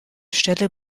stelle